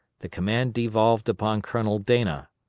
the command devolved upon colonel dana,